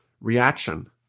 reaction